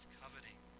coveting